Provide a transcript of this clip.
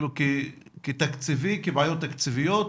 כבעיות תקציביות?